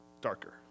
Darker